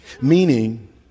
meaning